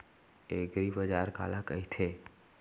एगरीबाजार काला कहिथे?